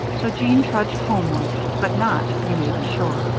so jeanne trudged homeward, but not, you may be sure,